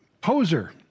poser